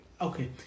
Okay